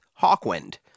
Hawkwind